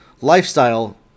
lifestyle